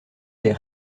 des